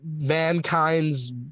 mankind's